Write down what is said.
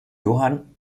johann